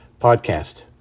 Podcast